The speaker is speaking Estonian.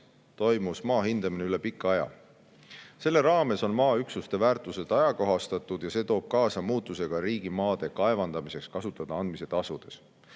toimus maa hindamine üle pika aja. Selle raames on maaüksuste väärtused ajakohastatud ja see toob kaasa muutuse ka riigimaade kaevandamiseks kasutada andmise tasudes.